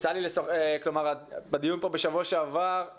בדיון פה בשבוע שעבר,